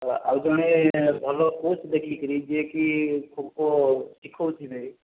ଆଉ ଆଉ ଜଣେ ଭଲ କୋଚ୍ ଦେଖିକରି ଯିଏକି ଖୋଖୋ ଶିଖାଉଥିବେ